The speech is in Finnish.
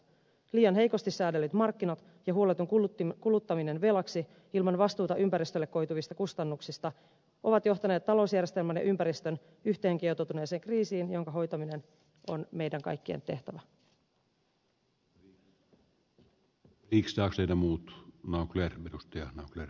liian heikosti säädellyt markkinat ja huoleton kuluttaminen velaksi ilman vastuuta ympäristölle koituvista kustannuksista ovat johtaneet talousjärjestelmän ja ympäristön yhteenkietoutuneeseen kriisiin jonka hoitaminen on meidän kaikkien tehtävä